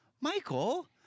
Michael